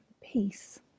peace